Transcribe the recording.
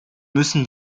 müssen